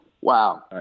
Wow